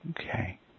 Okay